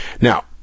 Now